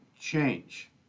change